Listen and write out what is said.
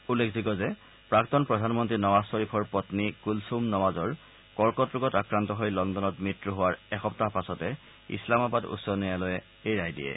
উল্লেখযোগ্য যে প্ৰাক্তন প্ৰধানমন্ত্ৰী নৱাজ শ্বৰীফৰ পন্নী কুলছুম নৱাজৰ কৰ্কট ৰোগত আক্ৰান্ত হৈ লণ্ডনত মৃত্যু হোৱাৰ এসপ্তাহ পাছতে ইছলামাবাদ উচ্চ ন্যায়ালয়ে এই ৰায় দিয়ে